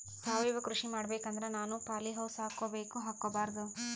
ಸಾವಯವ ಕೃಷಿ ಮಾಡಬೇಕು ಅಂದ್ರ ನಾನು ಪಾಲಿಹೌಸ್ ಹಾಕೋಬೇಕೊ ಹಾಕ್ಕೋಬಾರ್ದು?